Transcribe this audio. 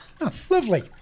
Lovely